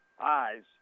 eyes